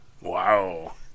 Wow